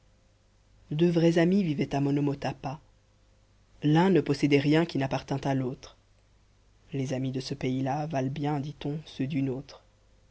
deux vrais amis vivaient au monomotapa l'un ne possédait rien qui n'appartînt à l'autre les amis de ce pays-là valent bien dit-on ceux du nôtre